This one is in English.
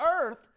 earth